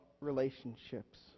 relationships